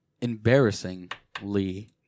embarrassingly